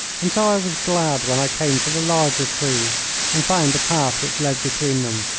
and so i was glad when i came to the larger trees and found a path which led between them.